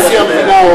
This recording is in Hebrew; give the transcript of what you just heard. שנשיא המדינה,